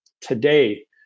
today